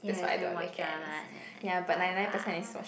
yes then watch drama and then like bye bye